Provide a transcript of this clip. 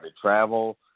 travel